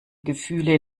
gefühle